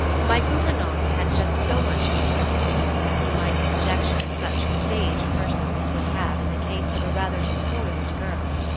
my gouvernantes had just so much control over me as you might conjecture such sage persons would have in the case of a rather spoiled girl,